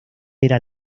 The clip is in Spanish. era